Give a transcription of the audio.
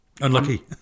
Unlucky